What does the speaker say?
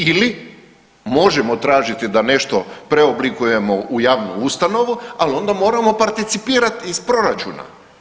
Ili možemo tražiti da nešto preoblikujemo u javnu ustanovu, ali onda moramo participirati iz proračuna.